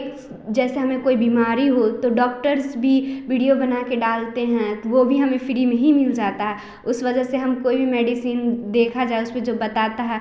जैसे हमें कोई बीमारी हो तो डॉक्टर्स भी वीडियो बना कर डालते हैं वह भी हमें फ्री में ही मिल जाता है उस वजह से हम कोई भी मेडिसिन देखा जाए उस पर जो बताता है